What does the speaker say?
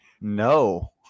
No